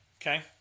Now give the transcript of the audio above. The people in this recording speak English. Okay